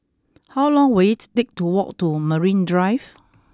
how long will it take to walk to Marine Drive